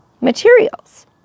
materials